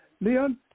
Leon